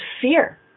fear